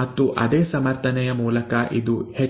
ಮತ್ತು ಅದೇ ಸಮರ್ಥನೆಯ ಮೂಲಕ ಇದು Hh